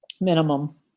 Minimum